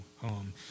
home